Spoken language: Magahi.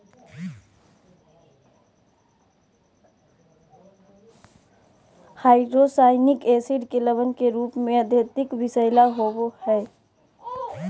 हाइड्रोसायनिक एसिड के लवण के रूप में अत्यधिक विषैला होव हई